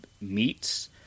meats